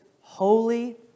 holy